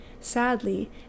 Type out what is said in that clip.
Sadly